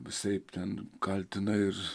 visaip ten kaltina ir